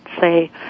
say